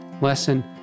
lesson